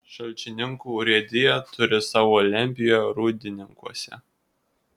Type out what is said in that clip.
šalčininkų urėdija turi savo lentpjūvę rūdininkuose